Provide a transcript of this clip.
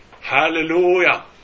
hallelujah